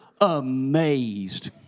amazed